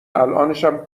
الانشم